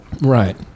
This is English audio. right